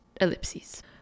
Ellipses